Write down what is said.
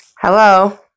Hello